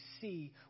see